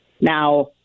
Now